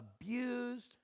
abused